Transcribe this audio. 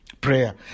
Prayer